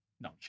No